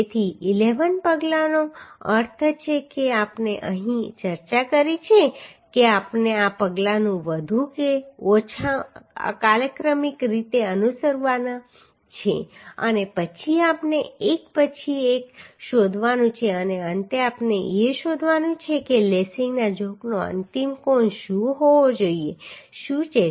તેથી 11 પગલાંનો અર્થ છે કે આપણે અહીં ચર્ચા કરી છે કે આપણે આ પગલાંને વધુ કે ઓછા કાલક્રમિક રીતે અનુસરવાના છે અને પછી આપણે એક પછી એક શોધવાનું છે અને અંતે આપણે એ શોધવાનું છે કે લેસિંગના ઝોકનો અંતિમ કોણ શું હોવો જોઈએ શું છે